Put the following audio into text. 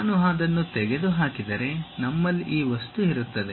ನಾನು ಅದನ್ನು ತೆಗೆದುಹಾಕಿದರೆ ನಮ್ಮಲ್ಲಿ ಈ ವಸ್ತು ಇರುತ್ತದೆ